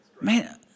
Man